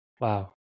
Wow